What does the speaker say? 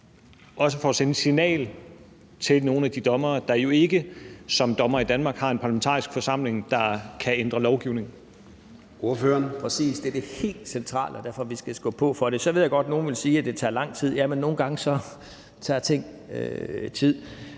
også for at sende et signal til nogle af de dommere, der jo ikke som dommere i Danmark har en parlamentarisk forsamling, der kan ændre lovgivningen.